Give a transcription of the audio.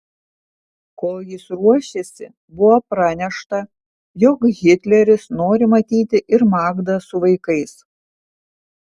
kol jis ruošėsi buvo pranešta jog hitleris nori matyti ir magdą su vaikais